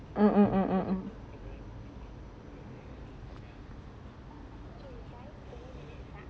mm